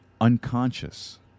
unconscious